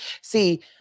See